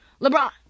LeBron